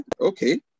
Okay